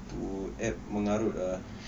tu app mengarut ah